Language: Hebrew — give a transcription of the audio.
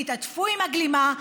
תתעטפו בגלימה,